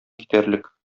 китәрлек